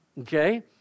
Okay